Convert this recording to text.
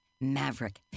maverick